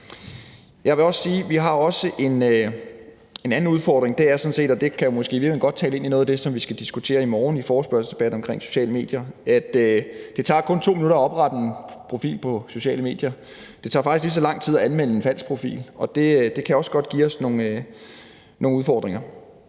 vi har en anden udfordring, og det måske i virkeligheden godt tale ind i noget af det, vi skal diskutere i morgen i forespørgselsdebatten om sociale medier. Det tager kun 2 minutter at oprette en profil på sociale medier; det tager faktisk lige så lang tid at anmelde en falsk profil. Det kan også godt give os nogle udfordringer.